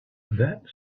that